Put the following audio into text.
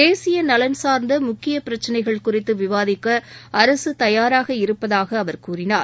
தேசியநலன் சார்ந்தமுக்கியபிரச்சினைகள் குறித்துவிவாதிக்கஅரசுதயாராக இருப்பதாகஅவர் கூறினார்